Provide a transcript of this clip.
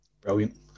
Brilliant